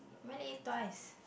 went and eat twice